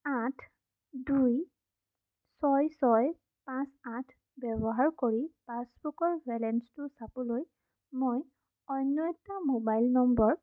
আঠ দুই ছয় ছয় পাঁচ আঠ ব্যৱহাৰ কৰি পাছবুকৰ বেলেঞ্চটো চাবলৈ মই অন্য এটা মোবাইল নম্বৰ